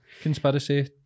conspiracy